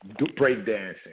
breakdancing